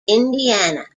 indiana